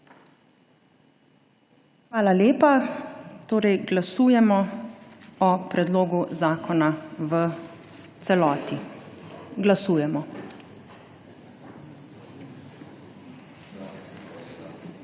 Hvala lepa. Torej, glasujemo o predlogu zakona v celoti. Glasujemo.